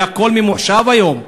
הרי הכול ממוחשב היום.